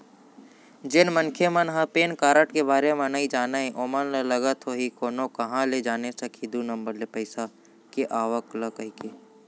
जेन मनखे मन ह पेन कारड के बारे म नइ जानय ओमन ल लगत होही कोनो काँहा ले जाने सकही दू नंबर ले पइसा के आवक ल कहिके